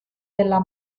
della